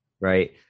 right